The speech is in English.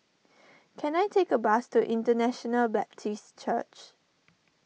can I take a bus to International Baptist Church